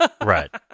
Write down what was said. Right